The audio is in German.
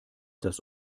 das